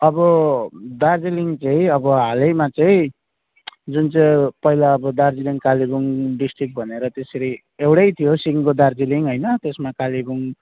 अब दार्जिलिङ चाहिँ अब हालैमा चाहिँ जुन चाहिँ पहिला अब दार्जिलिङ कालेबुङ डिस्ट्रिक्ट भनेर त्यसरी एउटै थियो सिङ्गो दार्जिलिङ होइन त्यसमा कालेबुङ